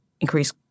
increase